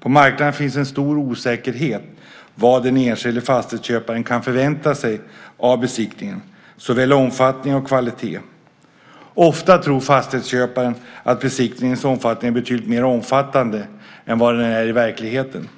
På marknaden finns en stor osäkerhet när det gäller vad den enskilde fastighetsköparen kan förvänta sig av besiktningen avseende såväl omfattning som kvalitet. Ofta tror fastighetsköparen att besiktningens omfattning är betydligt större än vad den är i verkligheten.